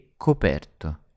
coperto